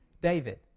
David